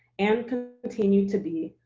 and continue to be,